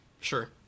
Sure